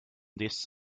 this